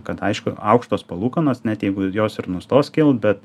kad aišku aukštos palūkanos net jeigu jos ir nustos kilt bet